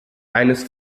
eines